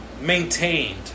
Maintained